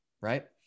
right